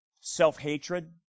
self-hatred